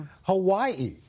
Hawaii